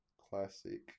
Classic